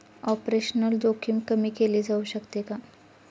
Operational जोखीम कमी केली जाऊ शकते का?